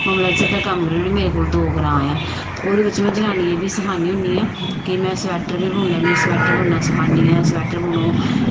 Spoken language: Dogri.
दा कम्म करनी मेरे कोल दो ग्रांऽ ऐ ते ओह्दे बिच में जनानियें ई बी सखानी होनी ऐ कि में स्वेटर बी बुनी लैन्नी आं में स्वेटर बुनना सखानी आं कि स्वेटर बुनो